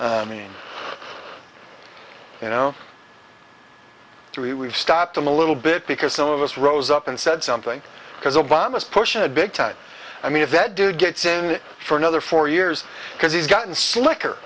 mean you know three we've stopped them a little bit because some of us rose up and said something because obama is pushing a big time i mean if that dude gets in for another four years because he's gotten slicker